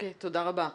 תודה רבה.